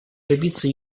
добиться